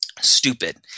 stupid